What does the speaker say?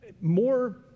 more